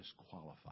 disqualified